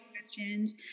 questions